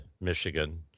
Michigan